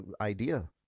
idea